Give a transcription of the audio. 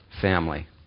family